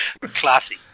Classy